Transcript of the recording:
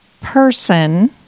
person